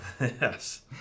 yes